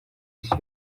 isi